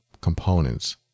components